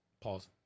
Pause